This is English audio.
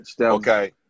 Okay